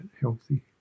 healthy